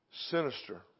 sinister